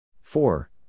Four